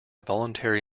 voluntary